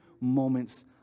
moments